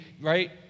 right